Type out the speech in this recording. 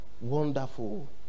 Wonderful